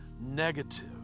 negative